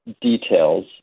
details